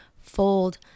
fold